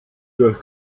durch